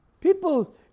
people